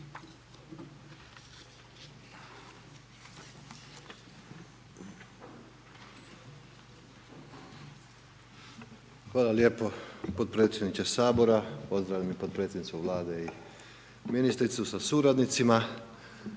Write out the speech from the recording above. Hvala lijepo potpredsjedniče Sabora, pozdravljam i potpredsjednicu Vlade i ministricu sa suradnicima.